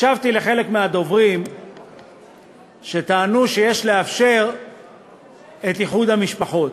הקשבתי לחלק מהדוברים שטענו שיש לאפשר את איחוד המשפחות,